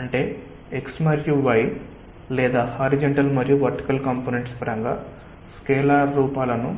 అంటే x మరియు y లేదా హారీజంటల్ మరియు వర్టికల్ కాంపొనెంట్స్ పరంగా స్కేలార్ రూపాలను